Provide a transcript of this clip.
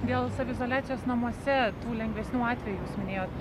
dėl saviizoliacijos namuose tų lengvesnių atvejų jūs minėjot